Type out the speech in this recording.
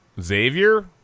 Xavier